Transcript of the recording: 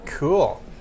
Cool